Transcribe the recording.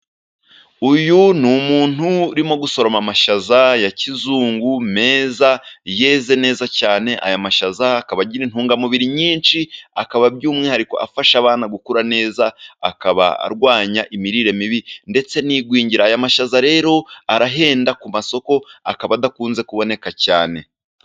Uyu ni umuntu urimo gusoroma amashaza ya kizungu , meza yeze neza cyane. Aya mashaza akaba agira intungamubiri nyinshi akaba by'umwihariko afasha abana gukura neza akabarwanya imirire mibi ndetse n'igwingira . Amashaza rero arahenda ku masoko, akaba adakunze kuboneka cyane.